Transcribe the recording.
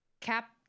Cap